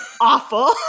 awful